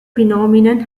phenomenon